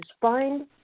find